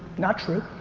not true.